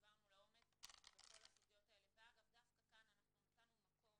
דיברנו לעומק בכל הסוגיות האלה ודווקא כאן אנחנו נתנו מקום